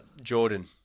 Jordan